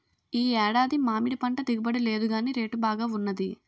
ఈ ఏడాది మామిడిపంట దిగుబడి లేదుగాని రేటు బాగా వున్నది